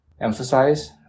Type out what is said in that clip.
emphasize